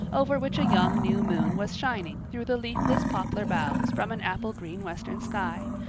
over which a young new moon was shining through the leafless poplar boughs from an apple-green western sky,